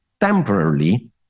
Temporarily